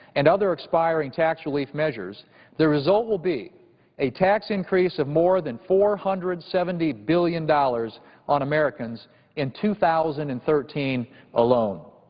and other expiring tax relief measures the result will be a tax increase of more than four hundred and seventy billion dollars on americans in two thousand and thirteen alone.